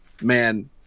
man